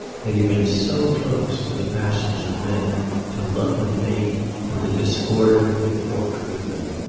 had he been so close to the passions of men to love and hate and the disorder they brought with them.